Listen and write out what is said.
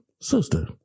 sister